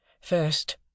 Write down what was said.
First